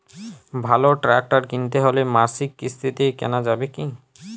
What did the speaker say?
ভালো ট্রাক্টর কিনতে হলে মাসিক কিস্তিতে কেনা যাবে কি?